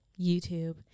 YouTube